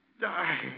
die